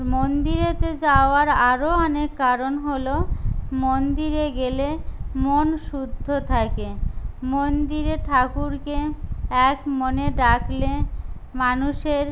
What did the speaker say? মন্দিরেতে যাওয়ার আরো অনেক কারণ হল মন্দিরে গেলে মন শুদ্ধ থাকে মন্দিরে ঠাকুরকে এক মনে ডাকলে মানুষের